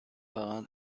فقط